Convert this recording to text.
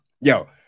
yo